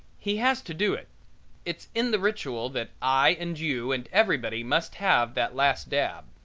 he has to do it it's in the ritual that i and you and everybody must have that last dab.